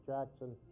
Jackson